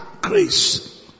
grace